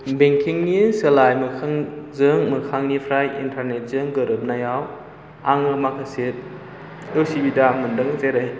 बेंकिंनि सोलाय मोखांजों मोखांनिफ्राय इन्टारनेटजों गोरोबनायाव आङो माखासे उसुबिदा मोनदों जेरै